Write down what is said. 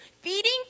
Feeding